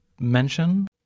mention